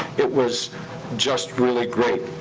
it was just really great.